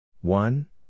One